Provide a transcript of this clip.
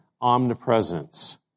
omnipresence